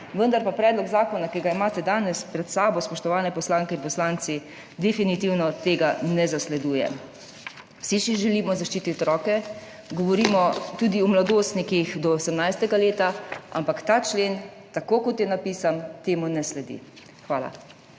vendar pa predlog zakona, ki ga imate danes pred sabo, spoštovane poslanke in poslanci, definitivno tega ne zasleduje. Vsi si želimo zaščititi otroke, govorimo tudi o mladostnikih do 18. leta, ampak ta člen, tako kot je napisan, temu ne sledi. Hvala.